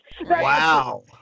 Wow